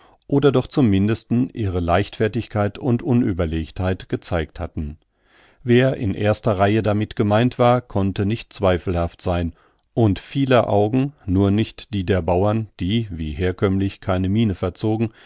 oder doch zum mindesten ihre leichtfertigkeit und unüberlegtheit gezeigt hatten wer in erster reihe damit gemeint war konnte nicht zweifelhaft sein und vieler augen nur nicht die der bauern die wie herkömmlich keine miene verzogen